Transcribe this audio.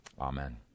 Amen